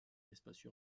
l’espace